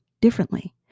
differently